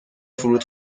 فرود